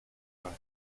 dałem